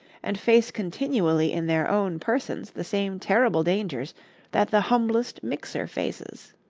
and face continually in their own persons the same terrible dangers that the humblest mixer faces.